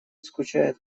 скучает